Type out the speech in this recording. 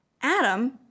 Adam